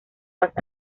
vas